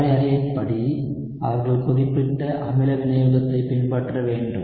வரையறையின்படி அவர்கள் குறிப்பிட்ட அமில வினையூக்கத்தைப் பின்பற்ற வேண்டும்